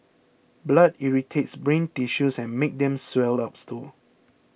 blood irritates brain tissues and makes them swell up too